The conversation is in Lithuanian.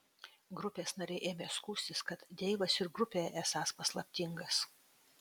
grupės nariai ėmė skųstis kad deivas ir grupėje esąs paslaptingas